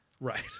Right